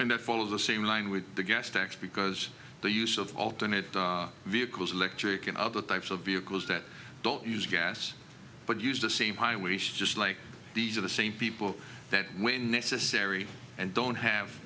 and the fall of the same line with the gas tax because the use of alternate vehicles electric and other types of vehicles that don't use gas but use the same high wish just like these are the same people that when necessary and don't have